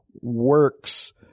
works